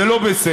זה לא בסדר.